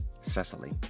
cecily